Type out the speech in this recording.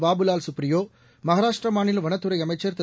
பாபுலால் சுப்ரியோ மகாராஷ்டிரா மாநில வனத்துறை அமைச்சர் திரு